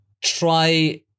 try